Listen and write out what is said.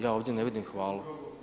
Ja ovdje ne vidim hvalu.